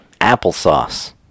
Applesauce